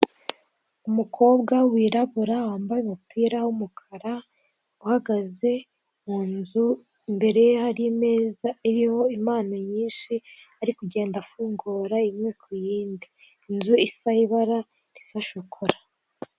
Umukobwa wirabura wambaye umupira w'umukara uhagaze mu nzu, imbere ye hari imeza iriho impano nyinshi ari kugenda afungura imwe ku yindi inzu isa ibara risa shokora.